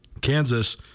Kansas